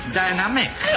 dynamic